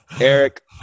Eric